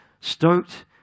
stoked